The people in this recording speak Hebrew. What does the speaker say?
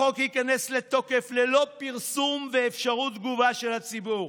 החוק ייכנס לתוקף ללא פרסום ואפשרות תגובה של הציבור.